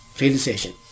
realization